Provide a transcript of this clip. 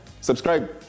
subscribe